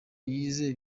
yize